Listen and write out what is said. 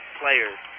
players